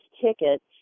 tickets